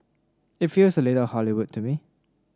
it feels a little Hollywood to me